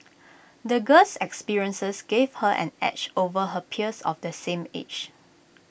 the girl's experiences gave her an edge over her peers of the same age